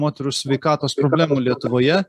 moterų sveikatos problemų lietuvoje